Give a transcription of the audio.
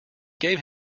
gave